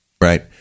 right